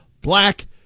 black